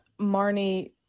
Marnie